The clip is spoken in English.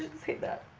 say that.